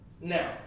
Now